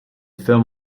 film